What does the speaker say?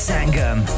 Sangam